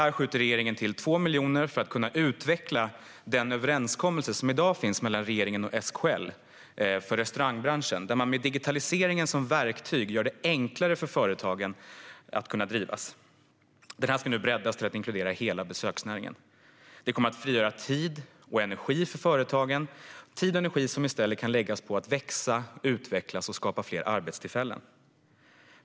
Regeringen skjuter till 2 miljoner för att kunna utveckla den överenskommelse som i dag finns mellan regeringen och SKL för restaurangbranschen, där man med digitaliseringen som verktyg gör det enklare att driva företag inom branschen. Detta ska nu breddas till att inkludera hela besöksnäringen. Det kommer att frigöra tid och energi för företagen - tid och energi som i stället kan läggas på att växa, utvecklas och skapa fler arbetstillfällen.